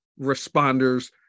Responders